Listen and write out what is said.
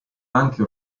anche